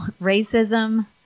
racism